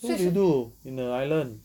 what did you do in the island